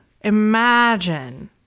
Imagine